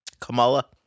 Kamala